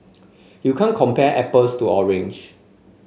you can't compare apples to orange